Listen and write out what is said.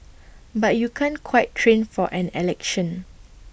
but you can't quite train for an election